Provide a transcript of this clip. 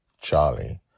Charlie